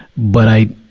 but i,